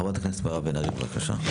חברת הכנסת מירב בן ארי, בבקשה.